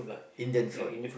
Indian food